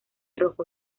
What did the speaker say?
rojo